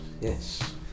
Yes